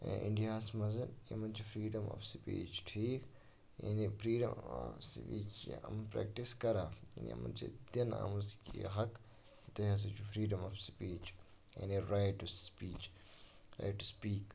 اِنڈیاہَس منٛزَن یِمَن چھِ فرٛیٖڈَم آف سٕپیٖچ ٹھیٖک یعنے فرٛیٖڈَم آف سٕپیٖچ چھِ یِم پرٛٮ۪کٹِس کَران یعنے یِمَن چھِ دِنہٕ آمٕژ یہِ حق تۄہہِ ہَسا چھُ فرٛیٖڈَم آف سٕپیٖچ یعنے right to speech right to speak